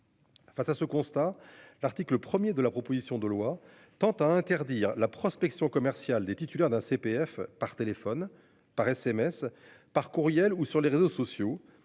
Face à ce constat, l'article 1er de la proposition de loi tend à interdire la prospection commerciale des titulaires d'un CPF par téléphone par SMS par courriel ou sur les réseaux sociaux